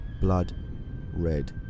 blood-red